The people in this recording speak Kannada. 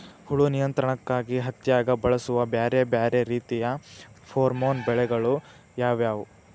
ಹುಳು ನಿಯಂತ್ರಣಕ್ಕಾಗಿ ಹತ್ತ್ಯಾಗ್ ಬಳಸುವ ಬ್ಯಾರೆ ಬ್ಯಾರೆ ರೇತಿಯ ಪೋರ್ಮನ್ ಬಲೆಗಳು ಯಾವ್ಯಾವ್?